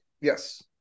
Yes